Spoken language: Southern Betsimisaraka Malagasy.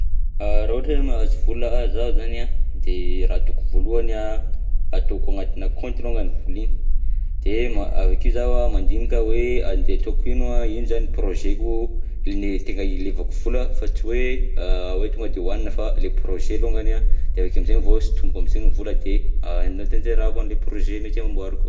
Raha ohatra hoe mahazo vola zaho zany an de ny raha ataoko voalohany an ataoko agnatinà compte longany vola igny, de avy akeo zaho mandinika hoe andeha ataoko ino, ino zany projet ko line- tena ilevako vola fa tsy hoe hoe tonga de ohanina fa le projet longany an, de avy akeo amizay vao sintoniko amizay vola de agnatanterahako anle projet mety amboariko.